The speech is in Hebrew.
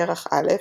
כרך א',